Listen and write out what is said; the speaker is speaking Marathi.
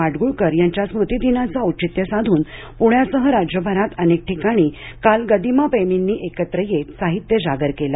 माडगूळकर यांच्या स्मृतिदिनाचं औचित्य साधून पुण्यासह राज्यभरात अनेक ठिकाणी काल गदिमा प्रेमींनी एकत्र येत साहित्य जागर केला